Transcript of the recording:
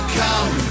come